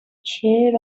chair